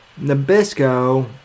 Nabisco